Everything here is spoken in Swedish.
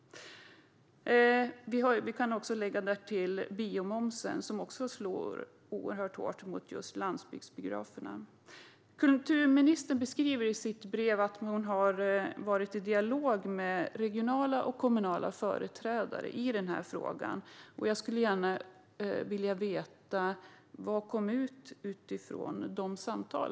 Därtill kan läggas biomomsen, som slår hårt mot just landsbygdsbiografer. Kulturministern säger i sitt svar att hon har varit i dialog med regionala och kommunala företrädare i denna fråga. Jag skulle gärna vilja veta vad som kom ut av dessa samtal.